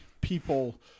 people